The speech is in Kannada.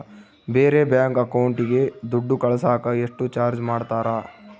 ಬೇರೆ ಬ್ಯಾಂಕ್ ಅಕೌಂಟಿಗೆ ದುಡ್ಡು ಕಳಸಾಕ ಎಷ್ಟು ಚಾರ್ಜ್ ಮಾಡತಾರ?